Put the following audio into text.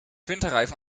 winterreifen